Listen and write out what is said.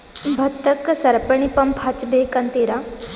ಭತ್ತಕ್ಕ ಸರಪಣಿ ಪಂಪ್ ಹಚ್ಚಬೇಕ್ ಅಂತಿರಾ?